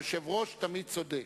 היושב-ראש תמיד צודק.